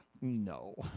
No